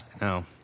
No